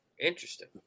interesting